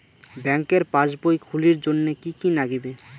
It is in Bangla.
ব্যাঙ্কের পাসবই খুলির জন্যে কি কি নাগিবে?